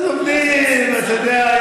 אז עובדים, אתה יודע.